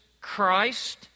Christ